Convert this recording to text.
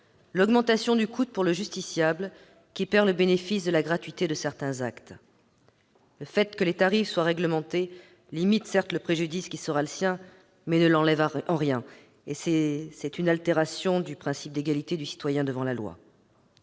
l'augmentation du coût pour le justiciable, qui perdle bénéfice de la gratuité de certains actes. Le fait que les tarifs soient réglementés limite certes le préjudice qui sera le sien, mais il ne l'annule pas : c'est là une atteinte au principe d'égalité des citoyens devant la loi.